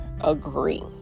agree